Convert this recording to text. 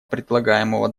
предлагаемого